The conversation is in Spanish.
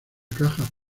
caja